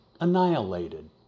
annihilated